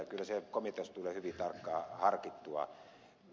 kyllä se komiteassa tulee hyvin tarkkaan harkittua